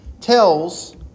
tells